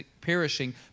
perishing